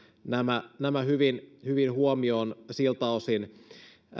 nämä nämä hyvin hyvin huomioon siltä osin